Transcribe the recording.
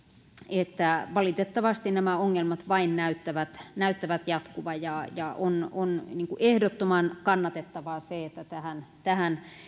että valitettavasti nämä ongelmat vain näyttävät näyttävät jatkuvan ja on on ehdottoman kannatettavaa että tähän tähän